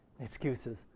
Excuses